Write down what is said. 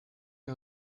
wir